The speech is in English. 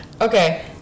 Okay